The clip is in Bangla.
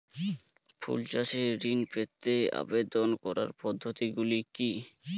ফুল চাষে ঋণ পেতে আবেদন করার পদ্ধতিগুলি কী?